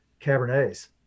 Cabernets